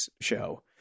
show